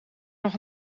nog